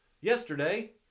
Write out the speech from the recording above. yesterday